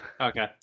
Okay